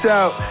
out